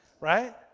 right